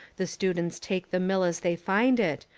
the students take the mill as they find it,